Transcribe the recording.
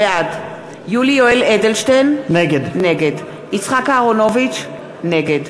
בעד יולי יואל אדלשטיין, נגד יצחק אהרונוביץ, נגד